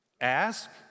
Ask